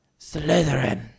Slytherin